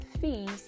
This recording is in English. fees